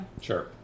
Sure